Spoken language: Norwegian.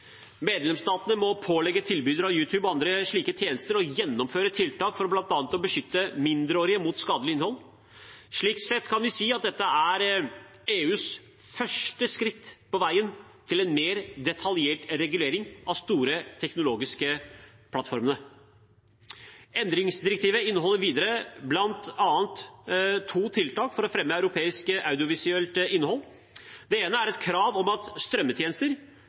Medlemsstatene må pålegge tilbydere av YouTube og andre slike tjenester å gjennomføre tiltak for bl.a. å beskytte mindreårige mot skadelig innhold. Slik sett kan vi si at dette er EUs første skritt på veien mot en mer detaljert regulering av de store teknologiske plattformene. Endringsdirektivet inneholder videre bl.a. to tiltak for å fremme europeisk audiovisuelt innhold. Det ene er et krav om at strømmetjenester,